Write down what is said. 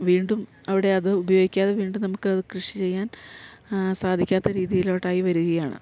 വീണ്ടും അവിടെ അത് ഉപയോഗിക്കാതെ വീണ്ടും നമുക്കത് കൃഷി ചെയ്യാൻ സാധിക്കാത്ത രീതിയിലോട്ടായി വരികയാണ്